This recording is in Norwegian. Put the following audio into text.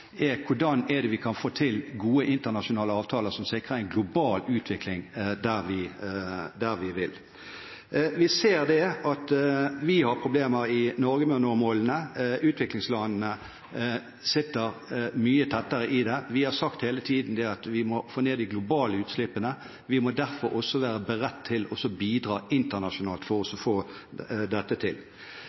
er hvordan vi kan få til gode internasjonale avtaler som sikrer en global utvikling. Vi ser at vi har problemer i Norge med å nå målene. Utviklingslandene sitter mye tettere i det. Vi har sagt hele tiden at vi må få ned de globale utslippene, og vi må derfor også være beredt på å bidra internasjonalt for å få dette til.